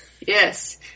Yes